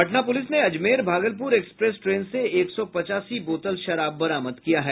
Patna police ने Ajmer Bhagalpur express train से एक सौ पचासी बोतल शराब बरामद किया है